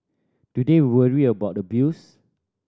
do they worry about abuse